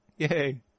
Yay